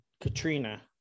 Katrina